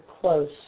close